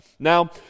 Now